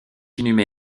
inhumé